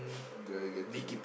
guy getting